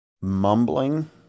mumbling